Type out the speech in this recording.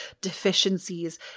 deficiencies